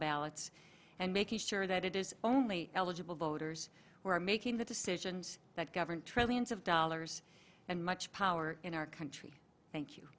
ballots and making sure that it is only eligible voters who are making the decisions that govern trillions of dollars and much power in our country thank you